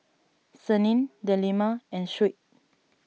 Senin Delima and Shuib